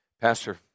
Pastor